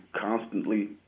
constantly